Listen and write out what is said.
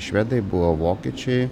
švedai buvo vokiečiai